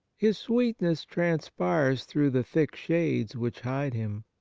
his sweetness transpires through the thick shades which hide him.